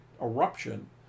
eruption